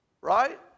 right